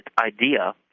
idea